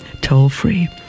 toll-free